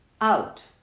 out